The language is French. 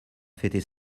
fêter